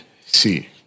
see